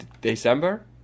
December